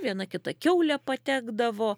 viena kita kiaulė patekdavo